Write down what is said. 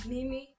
Mimi